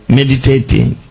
meditating